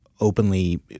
openly